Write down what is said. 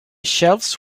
shelves